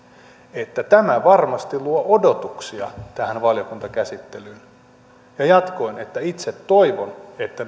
että tämä varmasti luo odotuksia tähän valiokuntakäsittelyyn ja jatkoin että itse toivon että